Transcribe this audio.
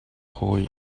hawi